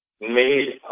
made